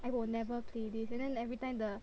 I will never play this and then everytime the